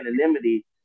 anonymity